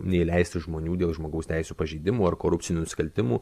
neįleisti žmonių dėl žmogaus teisių pažeidimų ar korupcinių nusikaltimų